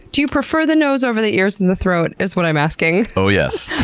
do you prefer the nose over the ears and the throat is what i'm asking? oh yes,